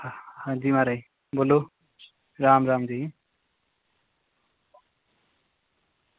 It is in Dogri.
आं जी म्हाराज बोल्लो राम राम जी